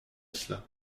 cela